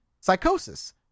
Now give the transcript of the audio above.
psychosis